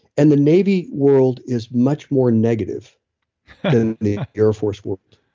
and the navy world is much more negative than the air force world.